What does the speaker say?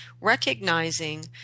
recognizing